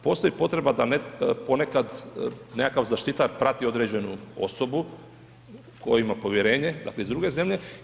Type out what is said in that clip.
Postoji potreba da ponekad nekakav zaštitar prati određenu osobu u koju ima povjerenje dakle iz druge zemlje.